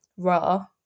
raw